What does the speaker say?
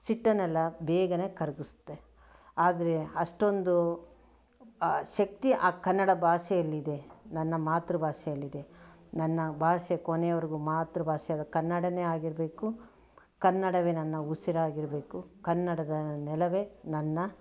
ಸಿಟ್ಟನ್ನೆಲ್ಲ ಬೇಗನೆ ಕರಗಿಸತ್ತೆ ಆದರೆ ಅಷ್ಟೊಂದು ಶಕ್ತಿ ಆ ಕನ್ನಡ ಭಾಷೆಯಲ್ಲಿದೆ ನನ್ನ ಮಾತೃ ಭಾಷೆಯಲ್ಲಿದೆ ನನ್ನ ಭಾಷೆ ಕೊನೆವರೆಗೂ ಮಾತೃ ಭಾಷೆ ಕನ್ನಡನೇ ಆಗಿರಬೇಕು ಕನ್ನಡವೇ ನನ್ನ ಉಸಿರಾಗಿರಬೇಕು ಕನ್ನಡದ ನೆಲವೇ ನನ್ನ